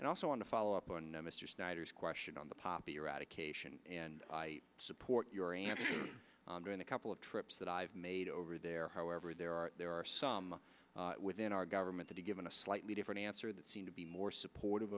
and also on the follow up on mr snyder's question on the poppy eradication and support during the couple of trips that i've made over there however there are there are some within our government that a given a slightly different answer that seem to be more supportive